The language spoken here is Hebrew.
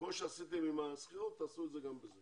כמו שעשיתם עם השכירות תעשו את זה גם בזה.